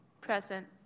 Present